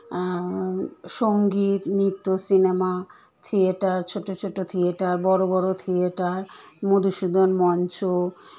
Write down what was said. সংগীত নৃত্য cinema theatre ছোটো ছোটো থিয়েটার বড়ো বড়ো থিয়েটার মধুসূদন মঞ্চ